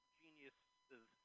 geniuses